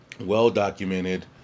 well-documented